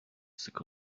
sık